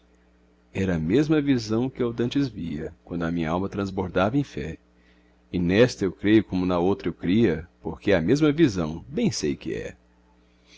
era a mesma visão que eu dantes via quando a minha alma transbordava em fé e nesta eu creio como na outra eu cria porque é a mesma visão bem sei que é